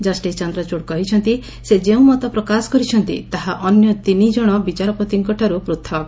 justice Chandrachud କହିଛନ୍ତି ସେ ଯେଉଁ ମତ ପ୍ରକାଶ କରିଛନ୍ତି ତାହା ଅନ୍ୟ ତିନି ଜଣ ବିଚାରପତିଙ୍କଠାରୁ ପୃଥକ୍